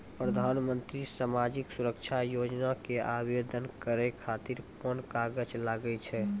प्रधानमंत्री समाजिक सुरक्षा योजना के आवेदन करै खातिर कोन कागज लागै छै?